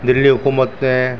دہلی حکومت نے